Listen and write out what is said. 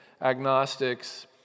agnostics